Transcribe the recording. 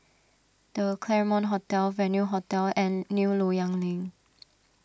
the Claremont Hotel Venue Hotel and New Loyang Link